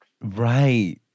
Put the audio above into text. Right